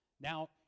now